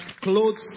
clothes